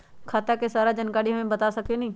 खाता के सारा जानकारी हमे बता सकेनी?